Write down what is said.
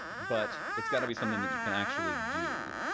but it's got to be something that you can actually do.